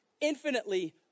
infinitely